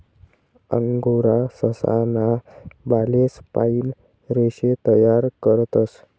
angora ससा ना बालेस पाइन रेशे तयार करतस